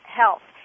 health